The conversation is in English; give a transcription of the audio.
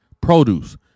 produce